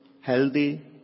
healthy